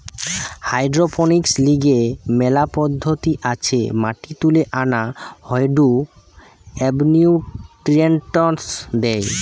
hydroponics লিগে মেলা পদ্ধতি আছে মাটি তুলে আনা হয়ঢু এবনিউট্রিয়েন্টস দেয়